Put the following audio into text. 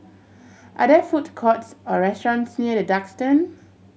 are there food courts or restaurants near The Duxton